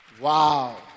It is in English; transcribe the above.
Wow